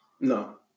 No